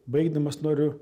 baigdamas noriu